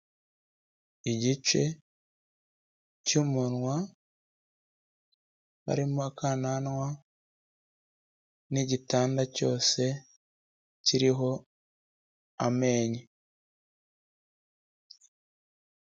Igice cy'umunwa, harimo akananwa n'igitanda cyose kiriho amenyo.